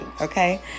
Okay